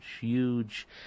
huge